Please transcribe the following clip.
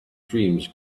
dreams